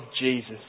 Jesus